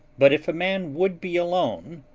but if a man would be alone,